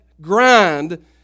grind